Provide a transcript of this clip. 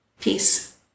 Peace